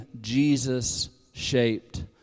Jesus-shaped